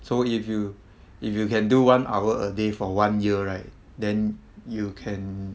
so if you if you can do one hour a day for one year right then you can